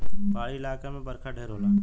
पहाड़ी इलाका मे बरखा ढेर होला